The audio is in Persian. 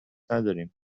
نداریم